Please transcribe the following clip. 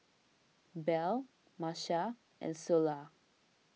Bell Marcia and Ceola